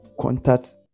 contact